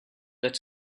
that